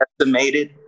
estimated